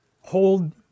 hold